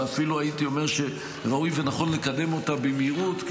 ואפילו הייתי אומר שראוי ונכון לקדם אותה במהירות,